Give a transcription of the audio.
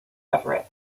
everett